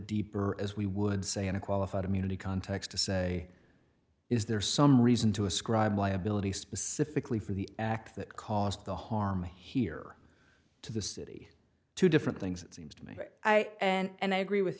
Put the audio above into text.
deeper as we would say in a qualified immunity context to say is there some reason to ascribe liability specifically for the act that caused the harm here to the city two different things seems to me that i and i agree with